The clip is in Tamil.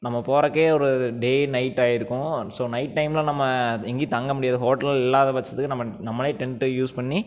நம்ம போறதுக்கே ஒரு டே நைட் ஆகிருக்கும் ஸோ நைட் டைமில் நம்ம எங்கேயும் தங்க முடியாது ஹோட்டல் இல்லாத பட்சத்துக்கு நம்ம நம்மளே டென்ட்டை யூஸ் பண்ணி